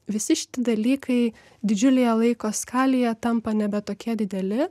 visi šiti dalykai didžiulėje laiko skalėje tampa nebe tokie dideli